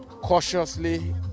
cautiously